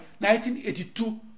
1982